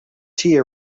tea